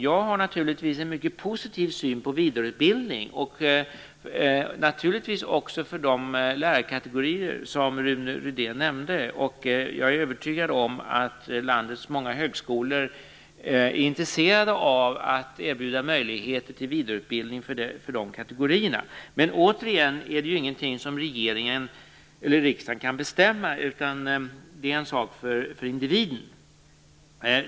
Jag har en mycket positiv syn på vidareutbildning, naturligtvis också för de lärarkategorier som Rune Rydén nämnde, och jag är övertygad om att landets många högskolor är intresserade av att erbjuda möjligheter till vidareutbildning för dessa kategorier. Men återigen är detta ju ingenting som regeringen eller riksdagen kan bestämma, utan det är en sak för individen.